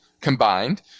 combined